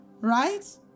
Right